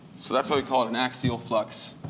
so that's what we call an axial flux